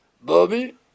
Bobby